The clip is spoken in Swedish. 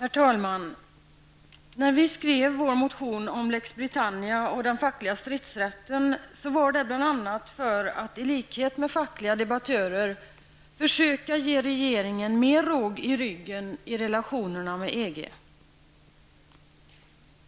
Herr talman! När vi skrev vår motion om Lex Britannia och den fackliga stridsrätten var det bl.a. för att i likhet med fackliga debattörer försöka ge regeringen mer råg i ryggen i relationerna med EG.